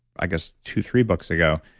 i guess two, three books ago,